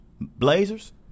Blazers